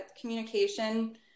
Communication